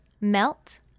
Melt